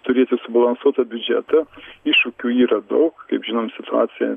turėti subalansuotą biudžetą iššūkių yra daug kaip žinom situacija